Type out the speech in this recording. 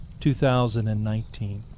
2019